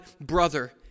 brother